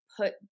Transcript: put